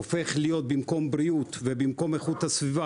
הופך מנושא של בריאות ואיכות הסביבה,